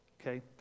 Okay